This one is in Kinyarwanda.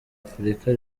afurika